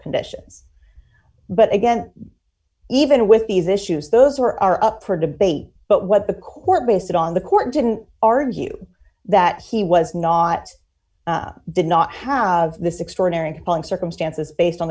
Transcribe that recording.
conditions but again even with these issues those who are up for debate but what the court based on the court didn't argue that he was not did not have this extraordinary compelling circumstances based on